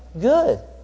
Good